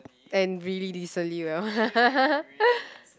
and really decently well